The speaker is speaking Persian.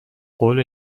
قول